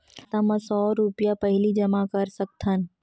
खाता मा सौ रुपिया पहिली जमा कर सकथन?